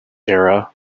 era